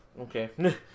okay